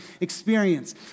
experience